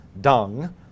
dung